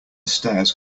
stairs